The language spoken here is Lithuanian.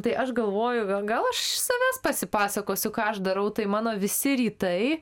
tai aš galvoju gal gal aš iš savęs pasipasakosiu ką aš darau tai mano visi rytai